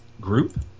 group